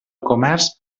comerç